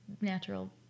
natural